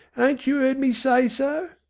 ain't you eard me say so?